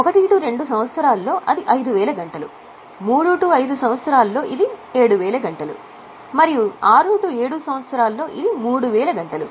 1 2 సంవత్సరాల్లో అది 5000 గంటలు 3 5 సంవత్సరాల్లో ఇది 7000 గంటలు మరియు 6 7 సంవత్సరాల్లో ఇది 3000 గంటలు